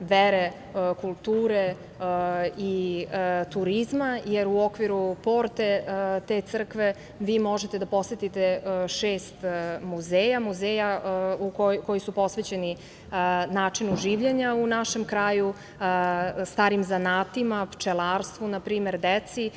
vere, kulture i turizma, jer u okviru porte te crkve možete da posetite šest muzeja koji su posvećeni načinu življenja u našem kraju, starim zanatima, pčelarstvu, deci.